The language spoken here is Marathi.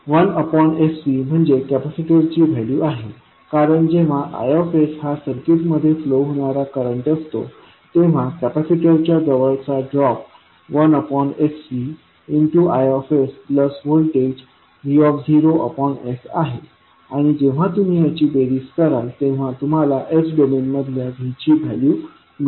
तर1sCम्हणजे कॅपॅसिटरची व्हॅल्यू आहे कारण जेव्हा Is हा सर्किटमध्ये फ्लो होणारा करंट असतो तेव्हा कॅपॅसिटरच्या जवळचा ड्रॉप 1sCIsप्लस व्होल्टेज vs आहे आणि जेव्हा तुम्ही याची बेरीज कराल तेव्हा तुम्हाला s डोमेन मधल्या v ची व्हॅल्यू मिळेल